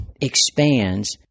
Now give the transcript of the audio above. expands